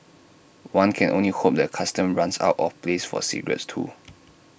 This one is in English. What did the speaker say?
one can only hope the Customs runs out of place for cigarettes too